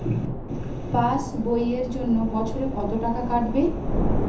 Pass বইয়ের জন্য বছরে কত টাকা কাটবে?